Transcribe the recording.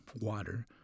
water